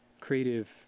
creative